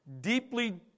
deeply